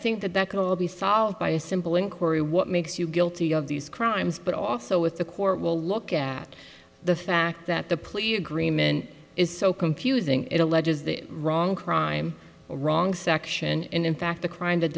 think that that can all be solved by a simple inquiry what makes you guilty of these crimes but also with the court will look at the fact that the plea agreement is so confusing it alleges the wrong crime wrong section and in fact the crime that